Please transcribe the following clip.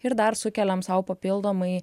ir dar sukeliam sau papildomai